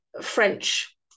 French